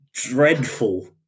Dreadful